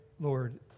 Lord